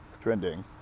trending